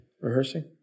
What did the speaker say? rehearsing